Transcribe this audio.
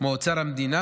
מאוצר המדינה,